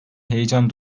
heyecan